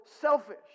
selfish